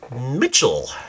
Mitchell